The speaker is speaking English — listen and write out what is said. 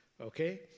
Okay